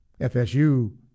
FSU